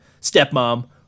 Stepmom